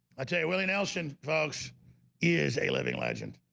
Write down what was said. i tell you willie nelson folks is a living legend.